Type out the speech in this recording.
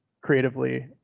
creatively